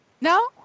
No